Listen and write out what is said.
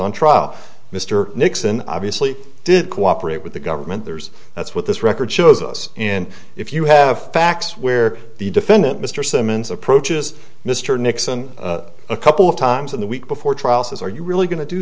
on trial mr nixon obviously did cooperate with the government there's that's what this record shows us and if you have facts where the defendant mr simmons approaches mr nixon a couple of times in the week before trial says are you really going to do